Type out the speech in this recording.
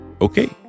Okay